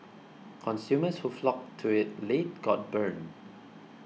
consumers who flocked to it late got burned